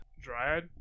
Dryad